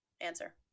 answer